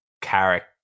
character